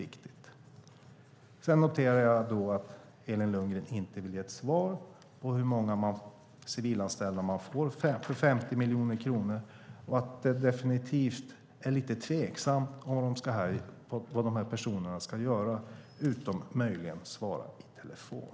Jag noterar att Elin Lundgren inte vill ge ett svar på hur många civilanställda man får för 50 miljoner kronor. Och det är definitivt lite tveksamt vad dessa personer ska göra, utom möjligen att svara i telefon.